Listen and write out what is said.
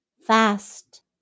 fast